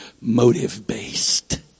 motive-based